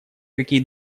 какие